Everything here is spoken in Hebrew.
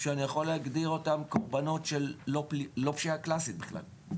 שאני יכול להגדיר אותם קורבנות של לא פשיעה קלאסית בכלל.